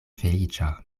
feliĉa